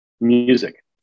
music